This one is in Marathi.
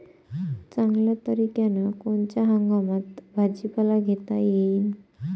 चांगल्या तरीक्यानं कोनच्या हंगामात भाजीपाला घेता येईन?